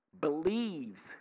believes